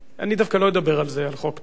אני דווקא לא אדבר על זה, על חוק טל דווקא.